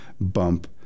bump